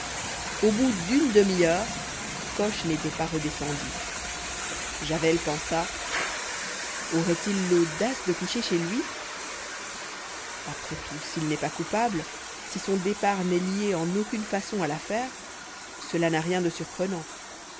au bout d'une demi-heure coche n'était pas redescendu javel pensa aurait-il l'audace de coucher chez lui après tout s'il n'est pas coupable si son départ n'est lié en aucune façon à l'affaire cela n'a rien de surprenant